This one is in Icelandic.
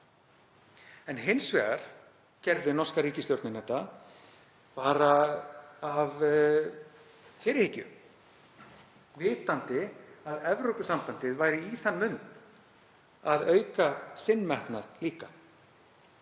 en hins vegar gerði norska ríkisstjórnin þetta bara af fyrirhyggju vitandi að Evrópusambandið væri í þann mund að auka sinn metnað líka